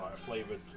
flavoured